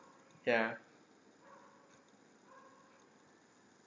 ya